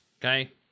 okay